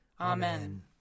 Amen